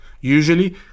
Usually